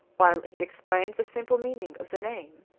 while it explains the simple meaning, of the name.